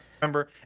remember